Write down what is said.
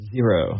Zero